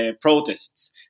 protests